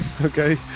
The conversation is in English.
okay